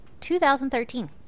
2013